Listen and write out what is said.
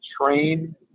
train